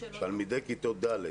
תלמידי כיתות ד'